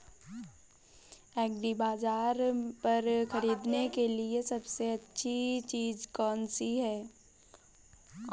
एग्रीबाज़ार पर खरीदने के लिए सबसे अच्छी चीज़ कौनसी है?